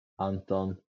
Anton